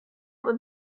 would